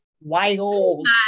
wild